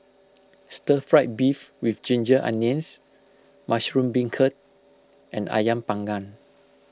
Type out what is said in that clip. Stir Fried Beef with Ginger Onions Mushroom Beancurd and Ayam Panggang